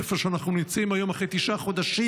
איפה שאנחנו נמצאים היום, אחרי תשעה חודשים,